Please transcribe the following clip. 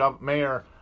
mayor